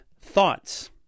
thoughts